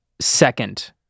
second